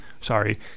sorry